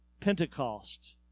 Pentecost